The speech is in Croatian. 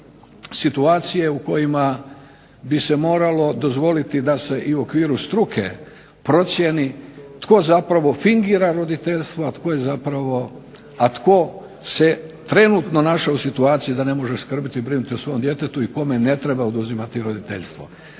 situacije u kojima bi se moralo dozvoliti da se i u okviru struke procijeni tko zapravo fingira roditeljstvo, a tko se trenutno našao u situaciji da ne može skrbiti i brinuti o svom djetetu i kome ne treba oduzimati roditeljstvo.